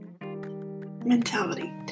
mentality